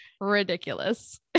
ridiculous